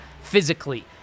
physically